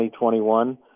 2021